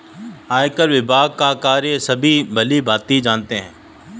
आयकर विभाग का कार्य सभी भली भांति जानते हैं